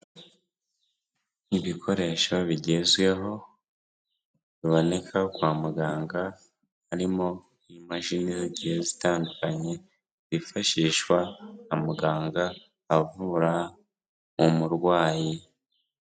Ibikoresho bigezweho, biboneka kwa muganga, harimo nk'imashini zigiye zitandukanye zifashishwa na muganga avura umurwayi.